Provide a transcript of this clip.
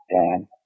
dan